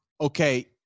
okay